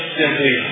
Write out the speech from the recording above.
simply